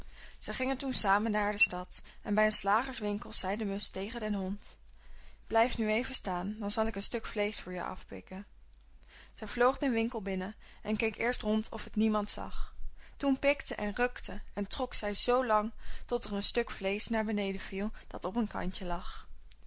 zij gingen toen samen naar de stad en bij een slagerswinkel zei de musch tegen den hond blijf nu even staan dan zal ik een stuk vleesch voor je afpikken zij vloog den winkel binnen en keek eerst rond of het niemand zag toen pikte en rukte en trok zij zoo lang tot er een stuk vleesch naar beneden viel dat op een kantje lag